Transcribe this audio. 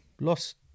lost